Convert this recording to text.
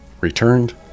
returned